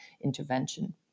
intervention